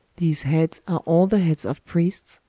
these heads are all the heads of priests,